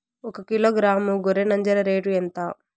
ఒకకిలో గ్రాము గొర్రె నంజర రేటు ఎంత?